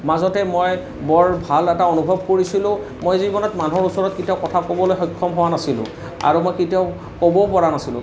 মাজতে মই বৰ ভাল এটা অনুভৱ কৰিছিলোঁ মই জীৱনত মানুহৰ ওচৰত কেতিয়াও কথা ক'বলৈ সক্ষম হোৱা নাছিলোঁ আৰু মই কেতিয়াও ক'বও পৰা নাছিলোঁ